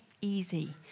easy